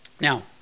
Now